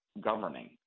governing